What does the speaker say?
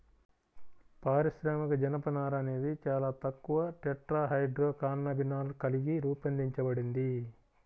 పారిశ్రామిక జనపనార అనేది చాలా తక్కువ టెట్రాహైడ్రోకాన్నబినాల్ కలిగి రూపొందించబడింది